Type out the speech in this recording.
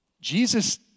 Jesus